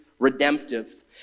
Redemptive